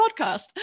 podcast